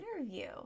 interview